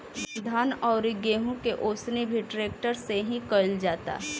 धान अउरी गेंहू के ओसवनी भी ट्रेक्टर से ही कईल जाता